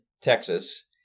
Texas